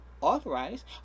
authorized